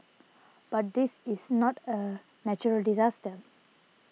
but this is not a natural disaster